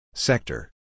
Sector